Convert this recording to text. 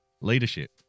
Leadership